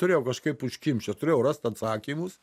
turėjau kažkaip užkimšt aš turėjau rast atsakymus